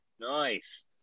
Nice